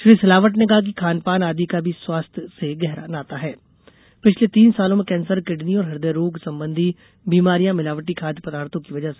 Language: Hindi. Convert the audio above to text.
श्री सिलावट ने कहा कि खानपान आदि का भी स्वाध्य से गहरा नाता पिछले तीन सालों में कैंसर किडनी और हरदय रोग संबंधी बिमारियां मिलावटी खाद्य पदार्थों की वजह है